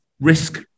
risk